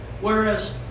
Whereas